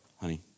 honey